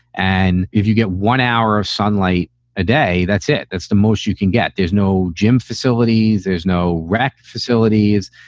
and if you get one hour of sunlight a day, that's it. that's the most you can get. there's no gym facilities. there's no rec facilities.